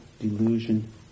delusion